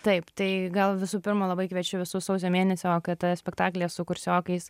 taip tai gal visų pirma labai kviečiu visus sausio mėnesį okt spektaklyje su kursiokais